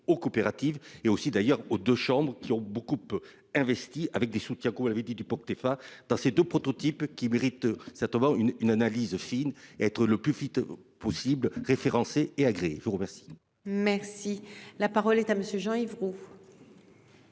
aux coopératives et aussi d'ailleurs aux deux chambres, qui ont beaucoup plus investi avec des soutiens comme vous l'avez dit du époque Taifa dans ces 2 prototypes qui mérite certainement une une analyse fine, être le plus vite possible référencés et agréés. Je vous remercie. Merci la parole est à monsieur Jean-Yves Roux.